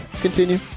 continue